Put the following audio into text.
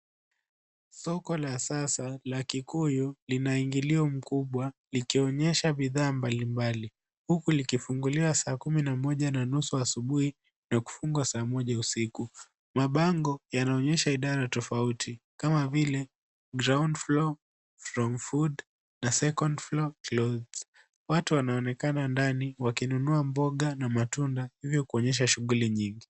Soko la sasa la Kikuyu lina ingilio mkubwa likionyesha bidhaa mbalimbali huku likifunguliwa saa kumi na moja na nusu asubuhi na kufungwa saa moja usiku. Mabango yanaonyesha idara tofauti kama vile groundfloor from foot na second floor closed . Watu wanaonekana ndani wakinunua mboga na matunda hivyo kuonyesha shughuli nyingi.